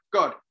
God